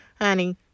honey